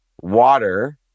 water